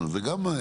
זה גם.